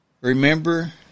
remember